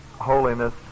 holiness